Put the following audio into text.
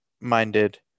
minded